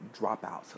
dropouts